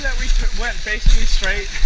and we went basically straight?